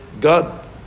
God